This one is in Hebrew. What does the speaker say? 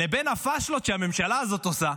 לבין הפשלות שהממשלה הזאת עושה,